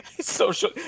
social